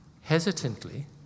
Hesitantly